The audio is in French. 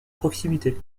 proximité